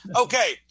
Okay